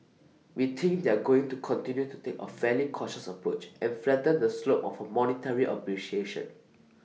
we think they're going to continue to take A fairly cautious approach and flatten the slope of A monetary appreciation